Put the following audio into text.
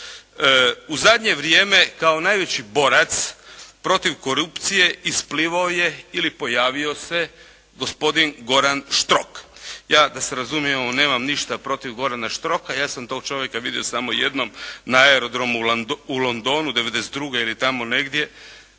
U zadnje vrijeme kao najveći borac protiv korupcije isplivao je ili pojavio se Goran Štrok. Ja da se razumijemo nemam ništa protiv Gorana Štroka, ja sam tog čovjeka vidio samo jednom na aerodromu u Londonu 1992. ili tamo negdje